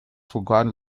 forgotten